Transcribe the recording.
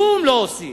כלום לא עושים,